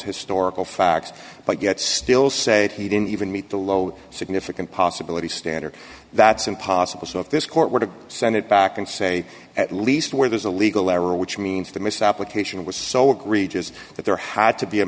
historical facts but yet still said he didn't even meet the low significant possibility standard that's impossible so if this court were to send it back and say at least where there's a legal error which means the misapplication was so egregious that there had to be a